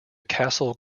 castle